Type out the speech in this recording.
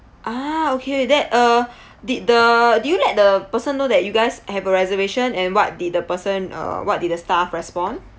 ah okay that uh did the did you let the person know that you guys have a reservation and what did the person uh what did the staff respond